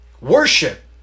Worship